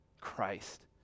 Christ